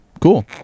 Cool